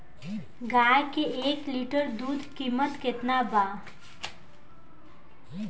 गाय के एक लीटर दूध कीमत केतना बा?